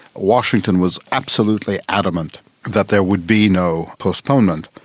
washington was absolutely adamant that there would be no postponement.